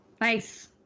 nice